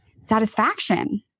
satisfaction